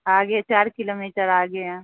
آگے چار kilometre آگے ہیں